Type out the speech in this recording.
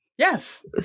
Yes